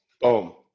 boom